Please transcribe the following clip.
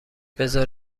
بزار